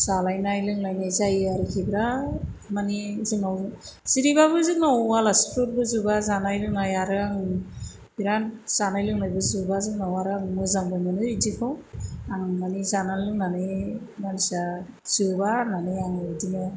जालायनाय लोंलायनाय जायो आरोखि बिराथ माने जोंनाव जेरैबाबो जोंनाव आलासिफोरबो जोबा जानाय लोंनाय आरो आं बिराथ जानाय लोंनायबो जोबा जोंनाव आरो आं मोजांबो मोनो बिदिखौ आं माने जानानै लोंनानै मानसिया जोबा आंहा नै आं बिदिनो